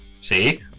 see